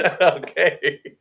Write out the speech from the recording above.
Okay